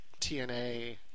TNA